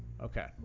okay